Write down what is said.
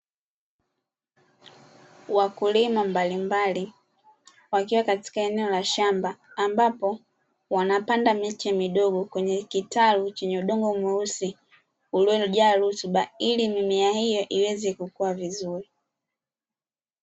Wakulima mbalimbali wakiwa katika eneo la shamba, ambapo wanapanda miti midogo kwenye kitalu chenye udongo mweusi, uliojaa rutuba ili mimea hiyo iweze kukua vizuri.